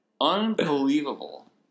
Unbelievable